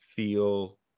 feel